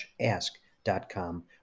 ask.com